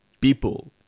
people